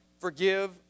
Forgive